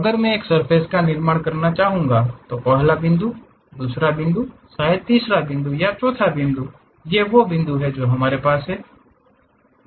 अगर मैं एक सर्फ़ेस का निर्माण करना चाहूंगा तो पहला बिंदु दूसरा बिंदु शायद तीसरा बिंदु चौथा बिंदु ये वे बिंदु हैं जो हमारे पास हैं